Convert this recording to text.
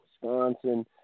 Wisconsin